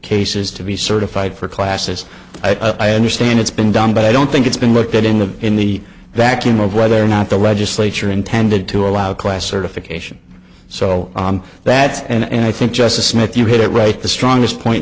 cases to be certified for classes i understand it's been done but i don't think it's been looked at in the in the vacuum of rather not the legislature intended to allow class or to fiction so on that and i think justice smith you hit it right the strongest point